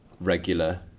regular